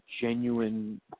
genuine